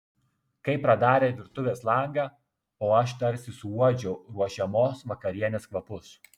kai pradarė virtuvės langą o aš tarsi suuodžiau ruošiamos vakarienės kvapus